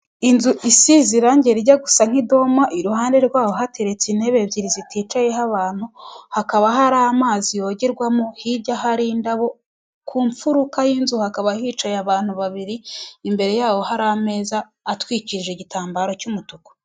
Inzu isize irangi rijya gusa nk'idoma, iruhande rwaho hateretse intebe ebyiri ziticayeho abantu, hakaba hari amazi yogerwamo hirya hari indabo, ku mfuruka y'inzu hakaba hicaye abantu babiri, imbere yaho hari ameza atwikirije igitambaro cy'umutuku.